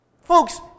Folks